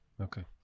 Okay